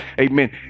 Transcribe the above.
amen